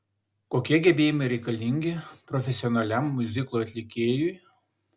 kokie gebėjimai reikalingi profesionaliam miuziklo atlikėjui